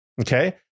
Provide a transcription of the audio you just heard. Okay